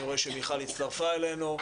אני רואה שמיכל הצטרפה אלינו.